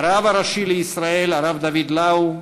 הרב הראשי לישראל הרב דוד לאו,